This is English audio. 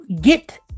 get